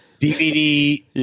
DVD